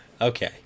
Okay